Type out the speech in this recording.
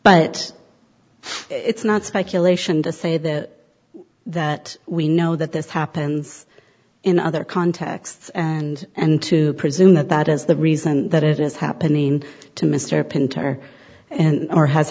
but it's not speculation to say that that we know that this happens in other contexts and and to presume that that is the reason that it is happening to mr painter and or has